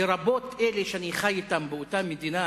לרבות אלה שאני חי אתם באותה מדינה,